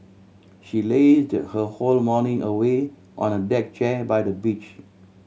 she lazed her whole morning away on a deck chair by the beach